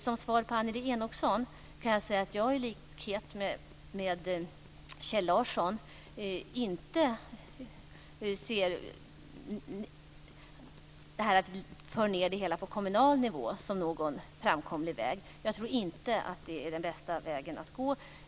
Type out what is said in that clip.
Som svar på Annelie Enochsons fråga kan jag säga att jag i likhet med Kjell Larsson inte tycker att det är en framkomlig väg att föra ned hanteringen på kommunal nivå. Jag tror inte att det är den bästa vägen att gå.